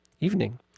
evening